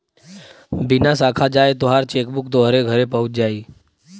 बिना साखा जाए तोहार चेकबुक तोहरे घरे पहुच जाई